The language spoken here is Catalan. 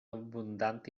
abundant